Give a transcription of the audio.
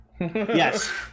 Yes